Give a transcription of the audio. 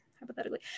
hypothetically